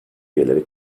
üyeleri